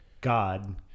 god